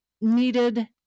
needed